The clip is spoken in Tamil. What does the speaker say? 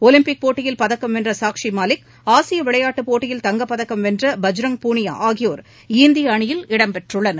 ஒலிம்பிக் போட்டியில் பதக்கம் வென்ற சாக்ஷி மாலிக் ஆசிய விளையாட்டுப் போட்டியில் தங்கப்பதக்கம் வென்ற பஜ்ரங் பூனீயா ஆகியோர் இந்திய அணியில் இடம்பெற்றுள்ளனர்